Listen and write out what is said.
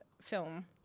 film